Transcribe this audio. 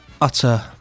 utter